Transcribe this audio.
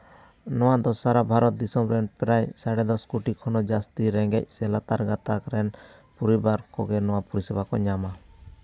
ᱱᱚᱣᱟ ᱫᱚ ᱥᱟᱨᱟ ᱵᱷᱟᱨᱚᱛ ᱫᱤᱥᱚᱢ ᱨᱮᱱ ᱯᱨᱟᱭ ᱥᱟᱲᱮ ᱫᱚᱥ ᱠᱳᱴᱤ ᱠᱷᱚᱱ ᱦᱚᱸ ᱡᱟᱹᱥᱛᱤ ᱨᱮᱸᱜᱮᱡ ᱥᱮ ᱞᱟᱛᱟᱨ ᱜᱟᱛᱟᱠ ᱨᱮᱱ ᱯᱚᱨᱤᱵᱟᱨ ᱠᱚᱜᱮ ᱱᱚᱣᱟ ᱯᱚᱨᱤᱥᱮᱵᱟ ᱠᱚ ᱧᱟᱢᱟ